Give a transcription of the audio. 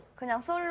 pronounces